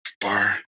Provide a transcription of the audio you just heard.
bar